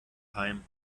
heim